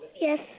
Yes